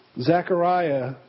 Zechariah